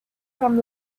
from